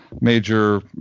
major